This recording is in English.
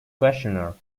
questionnaire